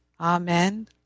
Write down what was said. Amen